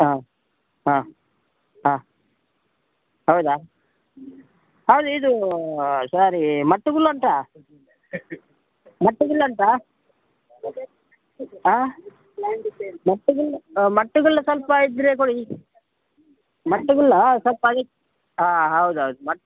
ಹಾಂ ಹಾಂ ಹಾಂ ಹೌದಾ ಹೌದು ಇದು ಸ್ವಾರಿ ಮಟ್ಟ ಗುಳ್ಳ ಉಂಟಾ ಮಟ್ಟ ಗುಳ್ಳ ಉಂಟಾ ಹಾಂ ಮಟ್ಟ ಗುಳ್ಳ ಮಟ್ಟ ಗುಳ್ಳ ಸ್ವಲ್ಪ ಇದ್ರೆ ಕೊಡಿ ಮಟ್ಟ ಗುಳ್ಳ ಸ್ವಲ್ಪ ಈ ಹಾಂ ಹೌದು ಹೌದು ಮಟ್ಟ